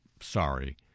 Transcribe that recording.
sorry